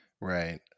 right